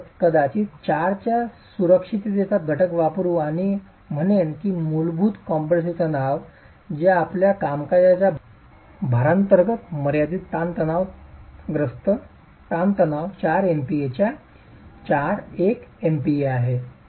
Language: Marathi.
आम्ही कदाचित 4 च्या सुरक्षिततेचा घटक वापरू आणि म्हणेन की मूलभूत कॉम्प्रेशिव्ह तणाव जो आपल्या कामकाजाच्या भारांतर्गत मर्यादित तणावग्रस्त ताणतणाव 4 MPa च्या 4 1 MPa आहे